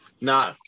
No